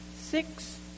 Six